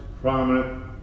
prominent